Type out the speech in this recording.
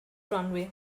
runway